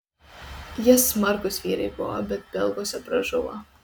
jie smarkūs vyrai buvo bet belguose pražuvo